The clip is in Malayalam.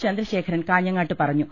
ചന്ദ്രശേഖരൻ കാഞ്ഞങ്ങാട്ട് പറഞ്ഞു